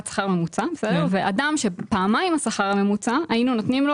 שכר ממוצע ואדם שפעמיים השכר הממוצע היינו נותנים לו